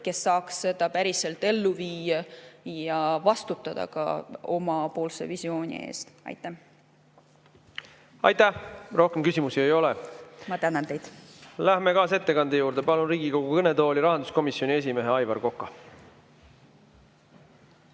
kes saaks seda päriselt ellu viia, ka vastutada oma visiooni eest. Aitäh! Rohkem küsimusi ei ole. Ma tänan teid. Ma tänan teid. Läheme kaasettekande juurde. Palun Riigikogu kõnetooli rahanduskomisjoni esimehe Aivar Koka.